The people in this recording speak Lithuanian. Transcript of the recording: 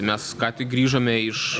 mes ką tik grįžome iš